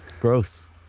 Gross